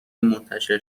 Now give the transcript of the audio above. منتشر